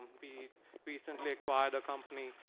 we recently acquired a company,